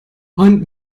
und